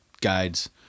guides